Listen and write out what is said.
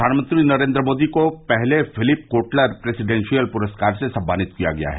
प्रधानमंत्री नरेन्द्र मोदी को पहले फिलिप कोटलर प्रेसिडेंशियल पुरस्कार से सम्मानित किया गया है